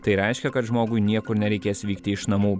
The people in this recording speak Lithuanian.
tai reiškia kad žmogui niekur nereikės vykti iš namų